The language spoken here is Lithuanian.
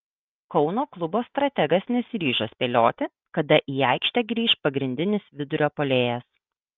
kauno klubo strategas nesiryžo spėlioti kada į aikštę grįš pagrindinis vidurio puolėjas